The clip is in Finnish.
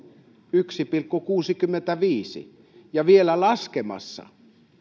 yksi pilkku kuusikymmentäviisi ja vielä laskemassa